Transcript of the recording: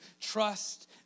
trust